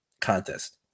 contest